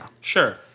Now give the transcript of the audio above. sure